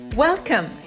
Welcome